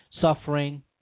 Suffering